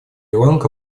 ланка